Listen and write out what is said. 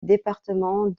département